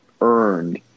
earned